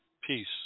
Peace